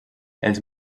els